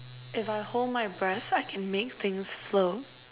if I hold my breath I can make things float